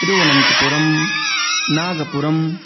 Thiruvananthapuram Nagapuram